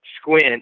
squint